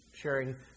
sharing